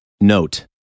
Note